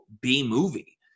B-movie